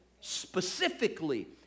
Specifically